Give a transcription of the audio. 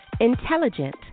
Intelligent